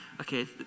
okay